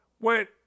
went